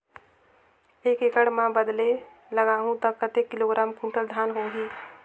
एक एकड़ मां बदले लगाहु ता कतेक किलोग्राम कुंटल धान होही?